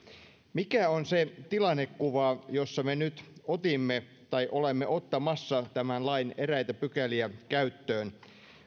mikä on se tilannekuva jossa me nyt otimme tai olemme ottamassa tämän lain eräitä pykäliä käyttöön